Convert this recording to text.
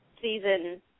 season